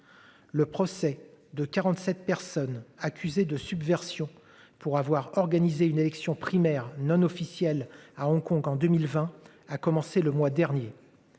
Le procès de 47 personnes accusées de subversion pour avoir organisé une élection primaire non officielle à Hong-Kong, en 2020, a commencé le mois dernier.